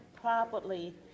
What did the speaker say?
properly